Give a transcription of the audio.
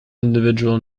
individual